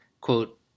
quote